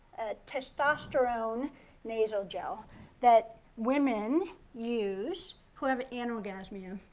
a testosterone nasal gel that women use who have anorgasmia.